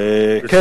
כן.